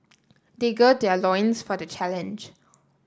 they gird their loins for the challenge